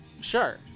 Sure